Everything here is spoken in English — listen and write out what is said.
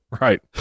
Right